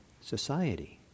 society